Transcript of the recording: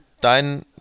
dein